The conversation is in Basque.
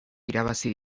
irabazi